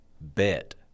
bet